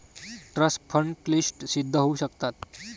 trust fund क्लिष्ट सिद्ध होऊ शकतात